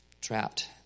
trapped